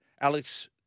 Alex